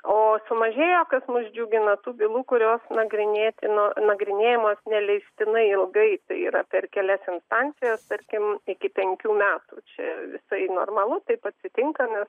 o sumažėjo kas mus džiugina tų bylų kurios nagrinėtina nagrinėjamos neleistinai ilgai tai yra per kelias instancijas tarkim iki penkių metų čia visai normalu taip atsitinka nes